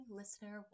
listener